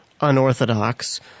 unorthodox